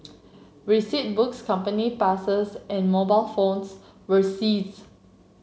receipt books company passes and mobile phones were seized